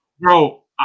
Bro